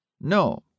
No